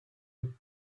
were